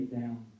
down